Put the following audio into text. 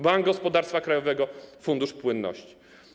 Bank Gospodarstwa Krajowego, Fundusz Płynności.